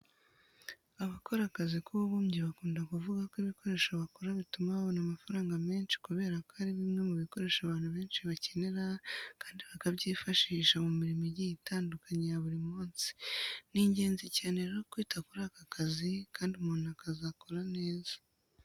Abakora akazi k'ububumbyi bakunda kuvuga ko ibikoresho bakora bituma babona amafaranga menshi kubera ko ari bimwe mu bikoresho abantu benshi bakenera kandi bakabyifashisha mu mirimo igiye itandukanye ya buri munsi. Ni ingenzi cyane rero kwita kuri aka kazi kandi umuntu akagakora neza.